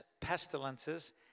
pestilences